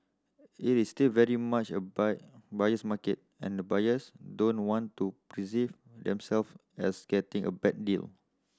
it is still very much a buy buyer's market and buyers don't want to themself as getting a bad deal